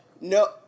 no